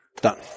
done